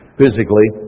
physically